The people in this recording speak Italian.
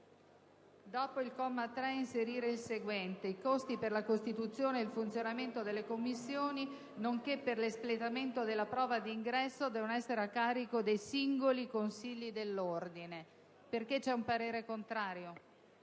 Dopo il comma 3, inserire il seguente: «3-*bis*. I costi per la costituzione e il funzionamento delle commissioni, nonché per l'espletamento della prova di ingresso devono essere a carico dei singoli consigli dell'ordine». **39.215**